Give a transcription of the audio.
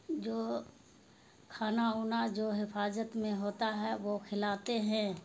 جو کھانا اونا جو حفاظت میں ہوتا ہے وہ خلاتے ہیں